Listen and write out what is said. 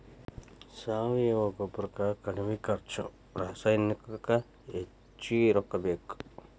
ಸಾವಯುವ ಗೊಬ್ಬರಕ್ಕ ಕಡಮಿ ಖರ್ಚು ರಸಾಯನಿಕಕ್ಕ ಹೆಚಗಿ ರೊಕ್ಕಾ ಬೇಕ